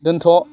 दोनथ'